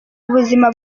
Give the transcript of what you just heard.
ubuzima